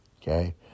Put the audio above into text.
Okay